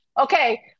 okay